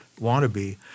wannabe